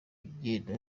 myenda